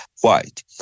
white